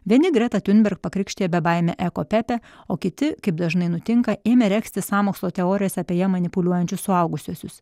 vieni gretą tiunberg pakrikštijo bebaimė ekopeta o kiti kaip dažnai nutinka ėmė regzti sąmokslo teorijas apie ją manipuliuojančius suaugusiuosius